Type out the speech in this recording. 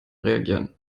reagieren